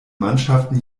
mannschaften